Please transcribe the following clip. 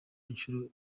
inshuro